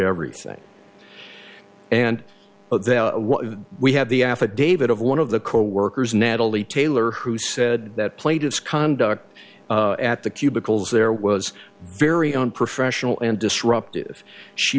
everything and then we have the affidavit of one of the cold workers natalie taylor who said that played its conduct at the cubicles there was very unprofessional and disruptive she